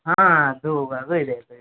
ಹಾಂ ಅದೂ ಅದು ಇದೆ ಅದು ಇದೆ